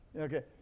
Okay